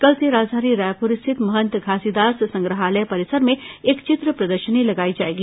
कल से राजधानी रायपूर स्थित महंत घासीदास संग्रहालय परिसर में एक चित्र प्रदर्शनी लगाई जाएगी